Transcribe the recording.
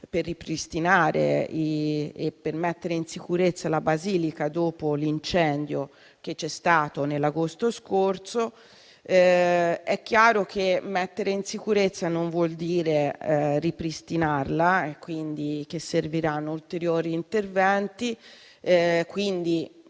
per ripristinare e mettere in sicurezza la Basilica dopo l'incendio dell'agosto scorso. È chiaro che mettere in sicurezza non vuol dire ripristinarla e, quindi, serviranno ulteriori interventi. Quindi,